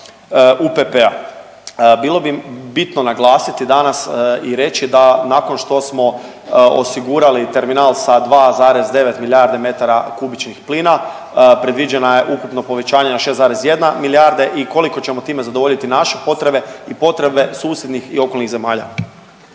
UPP-a. Bilo bi bitno naglasiti danas i reći da nakon što smo osigurali terminal sa 2,9 milijardi m3 plina predviđena je ukupno povećanje na 6,1 milijarda i koliko ćemo time zadovoljiti naše potrebe i potrebe susjednih i okolnih zemalja.